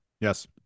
Yes